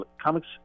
comics